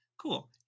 cool